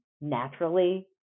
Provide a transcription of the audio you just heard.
naturally